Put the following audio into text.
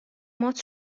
هات